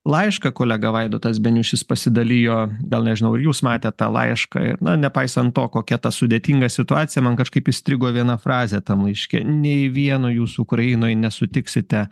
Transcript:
laišką kolega vaidotas beniušis pasidalijo gal nežinau ir jūs matėt tą laišką ir na nepaisant to kokia ta sudėtinga situacija man kažkaip įstrigo viena frazė tam laiške nei vieno jūs ukrainoj nesutiksite